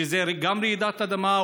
שזה גם רעידת אדמה,